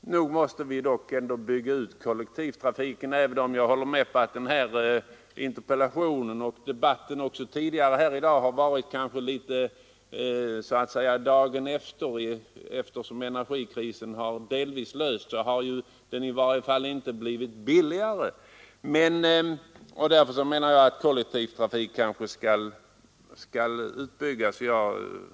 Nog måste vi ändå bygga ut kollektivtrafiken. Jag håller med om att den här interpellationsdebatten liksom de tidigare i dag kommer så att säga dagen efter, då energikrisen delvis lösts. Men energin har i varje fall inte blivit billigare, och därför menar jag att kollektivtrafiken skall byggas ut.